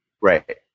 Right